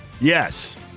Yes